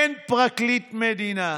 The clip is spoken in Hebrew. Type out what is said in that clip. אין פרקליט מדינה,